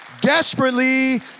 desperately